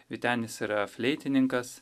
vytenis yra fleitininkas